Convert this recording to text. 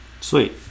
Sweet